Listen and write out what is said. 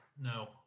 No